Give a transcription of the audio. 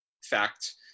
fact